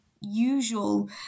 usual